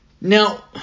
Now